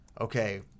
Okay